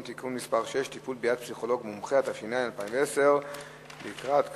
חוק ומשפט להכנה לקראת קריאה שנייה וקריאה שלישית.